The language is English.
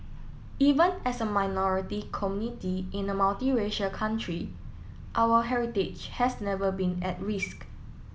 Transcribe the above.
even as a minority committee in a multiracial country our heritage has never been at risk